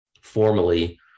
formally